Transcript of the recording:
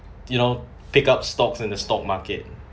you know pick up stocks in the stock market